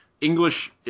English